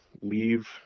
leave